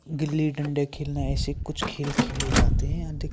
गिल्ली डंडे खेलना ऐसे कुछ खेल खेले जाते हैं अधिक